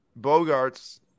Bogarts